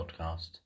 podcast